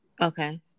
Okay